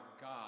God